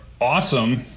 awesome